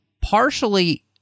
partially